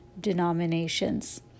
denominations